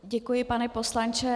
Děkuji, pane poslanče.